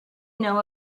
know